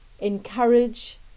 encourage